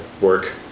Work